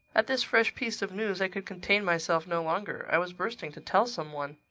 at this fresh piece of news i could contain myself no longer. i was bursting to tell some one.